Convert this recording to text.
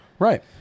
Right